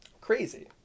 crazy